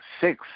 six